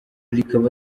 rikaba